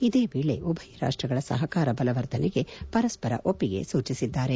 ಇದೇ ವೇಳೆ ಉಭಯ ರಾಷ್ಟಗಳ ಸಹಕಾರ ಬಲವರ್ಧನೆಗೆ ಪರಸ್ವರ ಒಪ್ಪಿಗೆ ಸೂಚಿಸಿದ್ದಾರೆ